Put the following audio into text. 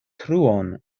truon